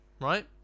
Right